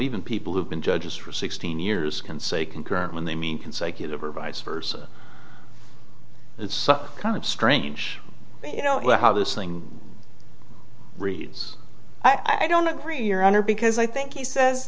even people who've been judges for sixteen years can say concurrent when they mean consecutive or vice versa it's some kind of strange you know how this thing read's i don't agree your honor because i think he says